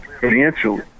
financially